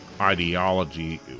ideology